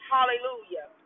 Hallelujah